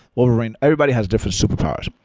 wolverine. everybody has different superpowers.